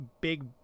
big